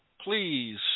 please